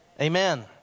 Amen